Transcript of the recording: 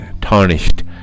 tarnished